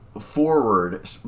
forward